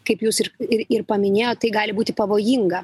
kaip jūs ir ir ir paminėjot tai gali būti pavojinga